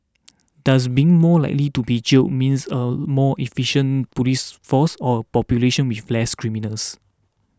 does being more likely to be jailed means a more efficient police force or population with less criminals